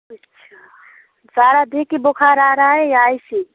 اچھا جاڑا دے کے بخار آ رہا ہے یا ایسے ہی